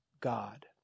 God